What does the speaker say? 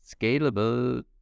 scalable